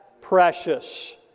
precious